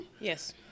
Yes